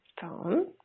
phone